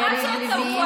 אל תהיה צבוע.